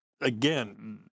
again